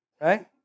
right